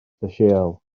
llysieuol